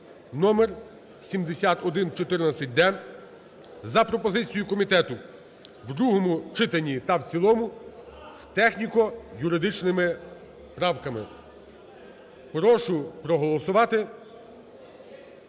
(№ 7114-д) за пропозицією комітету в другому читанні та в цілому з техніко-юридичними правками. Прошу проголосувати,